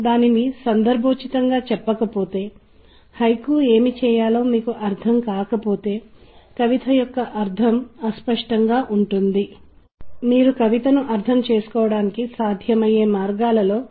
ఒక క్రమపద్ధతిలో వ్యవస్థీకృత పద్ధతిలో సమర్పించబడిన వివిధ స్థాయిల స్వర శ్రేణి సంబంధాలు లేదా పునరావృతాల సమూహాలు ఉన్న చోట శ్రావ్యంగా పరిగణించవచ్చు